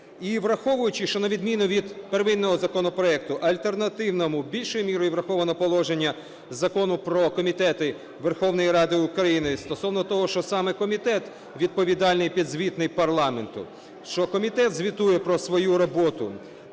І враховуючи, що на відміну від первинного законопроекту, в альтернативному більшою мірою враховано положення Закону "Про комітети Верховної Ради України" стосовно того, що саме комітет відповідальний і підзвітний парламенту, що комітет звітує про свою роботу.